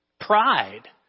pride